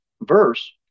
verse